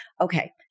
Okay